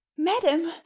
madam